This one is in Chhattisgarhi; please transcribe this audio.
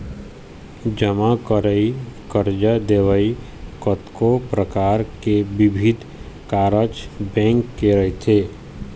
जमा करई, करजा देवई, कतको परकार के बिबिध कारज बेंक के रहिथे